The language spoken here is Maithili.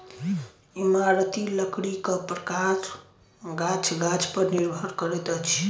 इमारती लकड़ीक प्रकार गाछ गाछ पर निर्भर करैत अछि